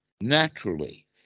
naturally